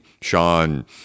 Sean